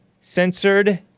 Censored